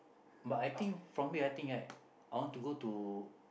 but I think from here right I want to go to